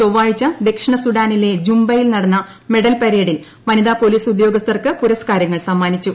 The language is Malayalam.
ചൊവ്വാഴ്ച ദക്ഷിണ സുഡാനിലെ ജുമ്പയിൽ നടന്ന മെഡൽ പരേഡിൽ വനിതാ പോലീസ് ഉദ്യോഗസ്ഥർക്ക് പുരസ്കാരങ്ങൾ സമ്മാനിച്ചു